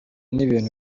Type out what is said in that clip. n’ibintu